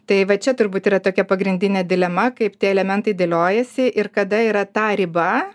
tai va čia turbūt yra tokia pagrindinė dilema kaip tie elementai dėliojasi ir kada yra ta riba